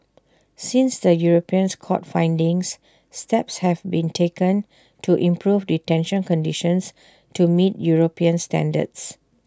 since the Europeans court's findings steps have been taken to improve detention conditions to meet european standards